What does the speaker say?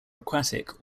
aquatic